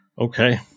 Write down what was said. Okay